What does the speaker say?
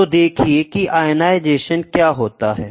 तो देखिए कि आयनाइजेशन क्या होता है